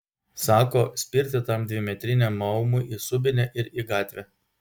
sako spirti tam dvimetriniam maumui į subinę ir į gatvę